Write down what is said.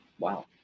Wow